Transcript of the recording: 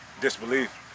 disbelief